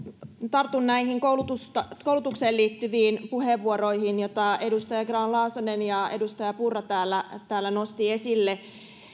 tartun näihin koulutukseen liittyviin puheenvuoroihin joita edustaja grahn laasonen ja edustaja purra täällä täällä nostivat esille